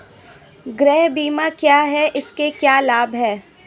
गृह बीमा क्या है इसके क्या लाभ हैं?